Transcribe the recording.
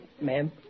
ma'am